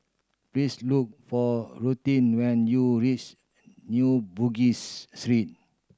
please look for Rutin when you New Bugis Street